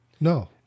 No